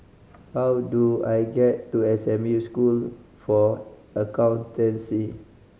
how do I get to S M U School for Accountancy